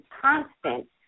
constant